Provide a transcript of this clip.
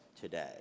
today